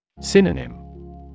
Synonym